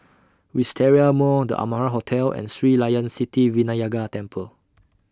Wisteria Mall The Amara Hotel and Sri Layan Sithi Vinayagar Temple